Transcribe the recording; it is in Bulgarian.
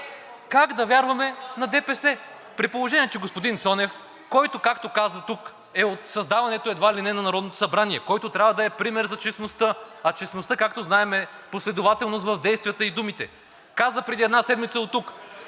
как да вярваме на ДПС? При положение че господин Цонев, който, както каза тук, е от създаването едва ли не на Народното събрание, който трябва да е пример за честността, а честността, както знаем, е последователност в действията и думите, каза преди една седмица оттук: